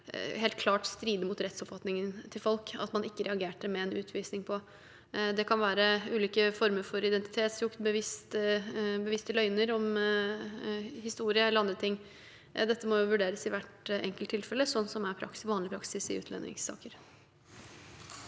helt klart strider mot folks rettsoppfatning at man ikke reagerte med en utvisning på. Det kan være ulike former for identitetsjuks, bevisste løgner om historie eller andre ting. Dette må vurderes i hvert enkelt tilfelle, som er vanlig praksis i utlendingssaker.